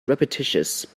repetitious